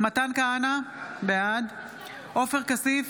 מתן כהנא, בעד עופר כסיף,